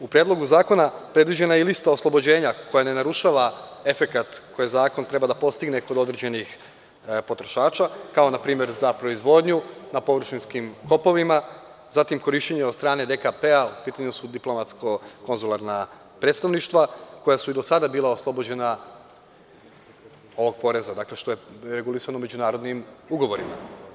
U Predlogu zakona predviđena je i lista oslobođenja koja ne narušava efekat koji zakon treba da postigne kod određenih potrošača, kao na primer za proizvodnju na površinskim kopovima, zatim korišćenje od strane DKP-a, u pitanju su diplomatsko konzularna predstavništva koja su i do sada bila oslobođena ovog poreza, što je regulisano međunarodnim ugovorima.